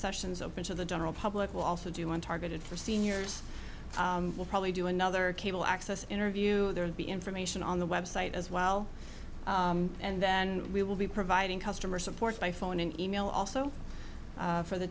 sessions open to the general public will also do one targeted for seniors will probably do another cable access interview there will be information on the website as well and then we will be providing customer support by phone and e mail also for the